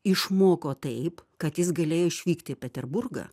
išmoko taip kad jis galėjo išvykti į peterburgą